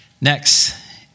Next